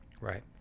Right